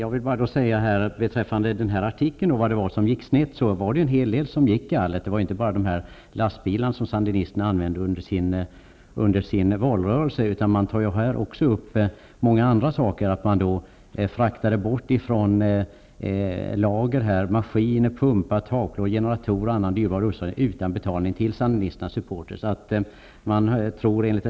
Fru talman! Det var ju en hel del som gick galet, inte bara de lastbilar som sandinisterna använde under sin valröelse. Man tar också upp i artikeln bl.a. att maskiner, pumpar, generatorer och annan dyrbar utrustning fraktades bort från olika lager till sandinisternas supportrar utan att det erlades någon betalning.